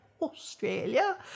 Australia